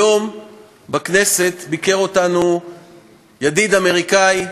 היום ביקר אותנו בכנסת ידיד אמריקאי,